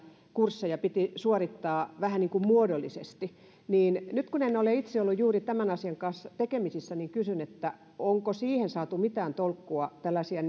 kursseja piti suorittaa vähän niin kuin muodollisesti nyt kun en ole itse ollut juuri tämän asian kanssa tekemisissä niin kysyn onko siihen saatu mitään tolkkua kun tällaisia